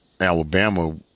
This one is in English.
Alabama